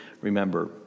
remember